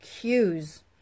cues